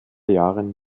jahren